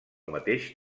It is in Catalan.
mateix